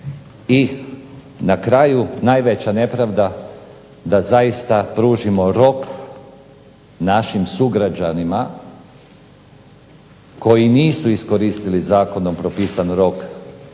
I na kraju najveća nepravda da zaista pružimo rok našim sugrađanima koji nisu iskoristili zakonom propisan rok